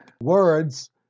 words